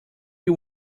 you